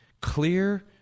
Clear